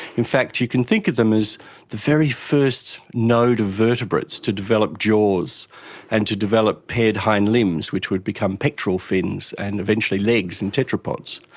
in fact you can think of them as the very first node of vertebrates to develop jaws and to develop paired hind limbs which would become pectoral fins and eventually legs and tetrapods.